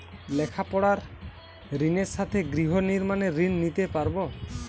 লেখাপড়ার ঋণের সাথে গৃহ নির্মাণের ঋণ নিতে পারব?